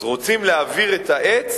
אז רוצים להעביר את העץ